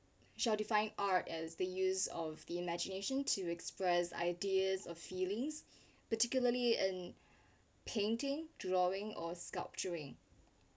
shall define art as the use of the imagination to express ideas or feelings particularly and painting drawing or sculpturing